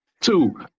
Two